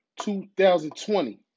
2020